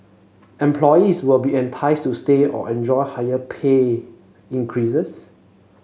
employees will be enticed to stay or enjoy higher pay increases